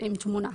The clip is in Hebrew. עם תמונה,